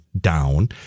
down